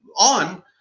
on